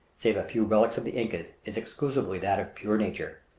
save a few relics of the incas, is exclusively that of pure nature.